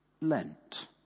Lent